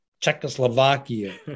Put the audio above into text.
Czechoslovakia